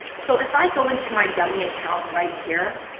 so if i go into my dummy account right here,